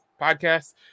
podcast